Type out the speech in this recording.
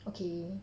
okay